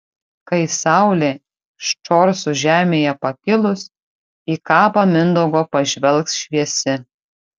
kai saulė ščorsų žemėje pakilus į kapą mindaugo pažvelgs šviesi